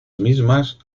mismas